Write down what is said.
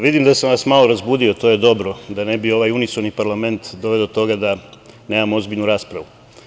Vidim da sam vas malo razbudio i to je dobro, da ne bi ovaj parlament doveo do toga da nemamo ozbiljnu raspravu.